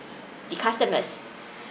the customers